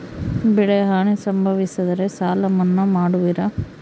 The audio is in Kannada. ಬೆಳೆಹಾನಿ ಸಂಭವಿಸಿದರೆ ಸಾಲ ಮನ್ನಾ ಮಾಡುವಿರ?